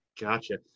gotcha